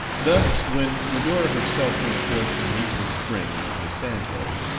thus, when medora herself went forth to meet the spring among the sand-hills,